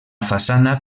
façana